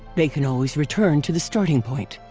they can always return to the starting point.